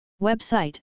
Website